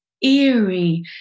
eerie